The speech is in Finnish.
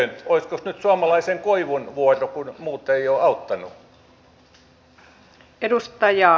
olisikos nyt suomalaisen koivun vuoro kun muut eivät ole auttaneet